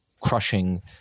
crushing